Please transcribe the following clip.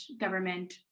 government